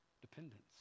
dependence